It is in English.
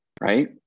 right